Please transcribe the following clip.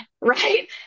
right